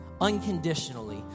unconditionally